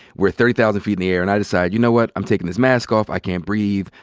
we're thirty thousand feet in the air, and i decide, you know what? i'm taking this mask off, i can't breathe,